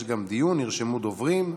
יש גם דיון, נרשמו דוברים.